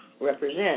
represent